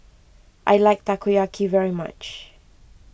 I like Takoyaki very much